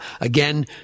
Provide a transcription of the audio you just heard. again